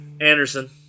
Anderson